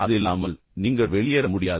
அது இல்லாமல் நீங்கள் வெளியேற முடியாது